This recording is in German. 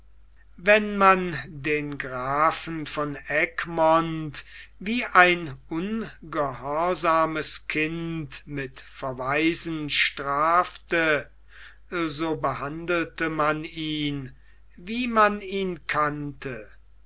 wenn man den grafen von egmont wie ein ungehorsames kind mit verweisen strafte so behandelte man ihn wie man ihn kannte